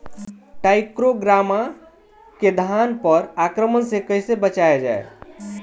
टाइक्रोग्रामा के धान पर आक्रमण से कैसे बचाया जाए?